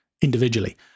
individually